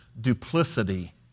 duplicity